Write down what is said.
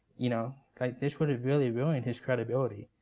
you know this would have really ruined his credibility.